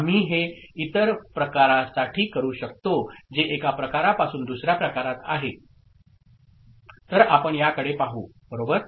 आम्ही हे इतर प्रकारासाठी करू शकतो जे एका प्रकारापासून दुसऱ्या प्रकारात आहे तर आपण याकडे पाहू बरोबर